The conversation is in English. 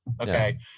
Okay